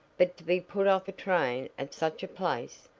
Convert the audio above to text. but to be put off a train at such a place!